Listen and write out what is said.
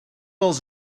els